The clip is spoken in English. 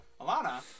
Alana